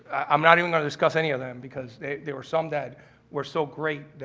i'm not even gonna discuss any of them, because there were some that were so great.